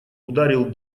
ударил